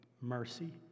mercy